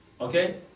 Okay